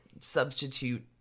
substitute